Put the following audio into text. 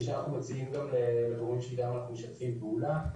כפי שאנחנו מציעים גם לגורמים שאיתם אנחנו משתפים פעולה.